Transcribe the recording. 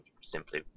simply